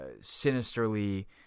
sinisterly